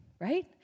right